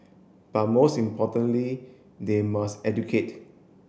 but most importantly they must educate